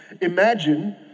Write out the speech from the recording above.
Imagine